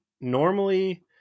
normally